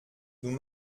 nous